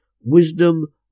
wisdom